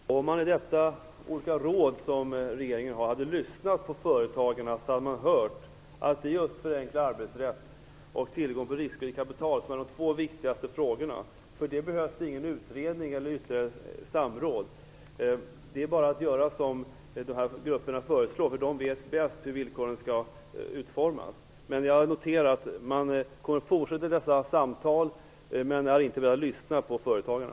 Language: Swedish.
Herr talman! Om man i dessa olika råd som regeringen har hade lyssnat på företagarna hade man hört att det är just förenklad arbetsrätt och tillgång på riksvilligt kapital som är de två viktigaste frågorna. För det behövs ingen utredning eller ytterligare samråd. Det är bara att göra som dessa grupper föreslår. De vet bäst hur villkoren skall utformas. Jag noterar att man kommer att fortsätta dessa samtal, men att man inte har velat lyssna på företagarna.